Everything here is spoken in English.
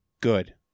Good